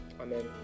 Amen